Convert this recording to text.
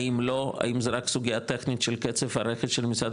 האם זה רק סוגיה טכנית של קצב הרכש של משרד